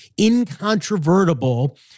incontrovertible